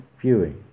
viewing